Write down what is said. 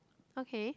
okay